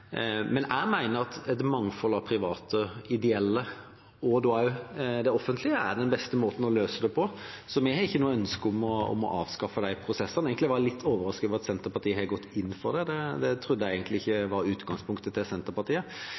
Jeg mener at et mangfold av private, ideelle og det offentlige er den beste måten å løse det på. Så vi har ikke noe ønske om å avskaffe de prosessene. Egentlig var jeg litt overrasket over at Senterpartiet har gått inn for det – det trodde jeg ikke var utgangspunktet